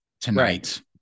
tonight